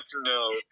no